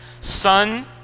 Son